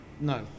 no